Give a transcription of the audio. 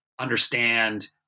understand